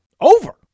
over